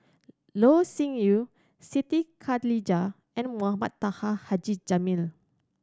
Loh Sin Yun Siti Khalijah and Mohamed Taha Haji Jamil